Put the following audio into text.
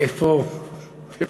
איפה פלסנר?